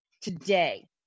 today